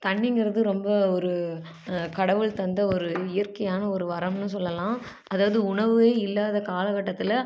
தண்ணிங்கிறது ரொம்ப ஒரு கடவுள் தந்த ஒரு இயற்கையான ஒரு வரம்னு சொல்லலாம் அதாவது உணவே இல்லாத காலகட்டத்தில்